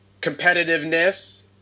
competitiveness